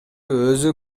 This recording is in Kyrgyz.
өзү